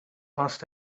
must